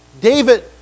David